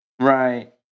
Right